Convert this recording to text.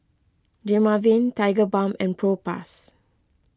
Dermaveen Tigerbalm and Propass